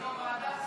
ועדת כספים.